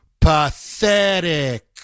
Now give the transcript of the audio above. pathetic